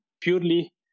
purely